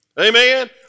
Amen